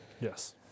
Yes